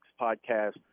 podcast